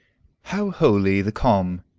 how holy the calm,